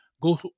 go